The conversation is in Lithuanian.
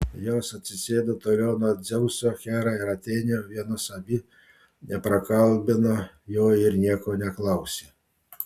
jos atsisėdo toliau nuo dzeuso hera ir atėnė vienos abi neprakalbino jo ir nieko neklausė